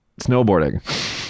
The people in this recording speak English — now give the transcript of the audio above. snowboarding